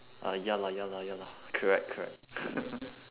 uh ya lah ya lah ya lah correct correct